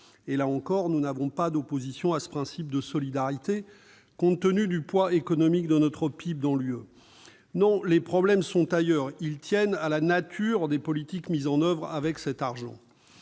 Là encore, nous n'avons pas d'opposition à ce principe de solidarité, compte tenu du poids économique de notre PIB dans l'Union européenne. Non, le problème est ailleurs. Il tient à la nature des politiques mises en oeuvre avec cet argent.